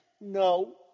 No